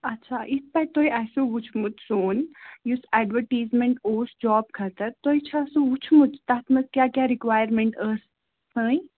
اچھا یِتھٕ پٲٹھۍ تۄہہِ آسوٕ وُچھمُت سون یُس ایٚڈوَٹیٖزمیٚنٛٹ اوس جاب خٲطرٕ تۄہہِ چھا سُہ وُچھمُت تَتھ منٛزکیٛاہ کیٛاہ رِکایَرمیٚنٛٹ ٲس سٲنۍ